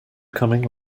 coming